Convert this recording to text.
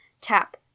Tap